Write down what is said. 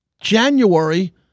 January